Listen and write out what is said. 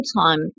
time